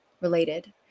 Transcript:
related